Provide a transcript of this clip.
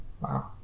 Wow